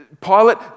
Pilate